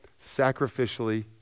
sacrificially